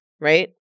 right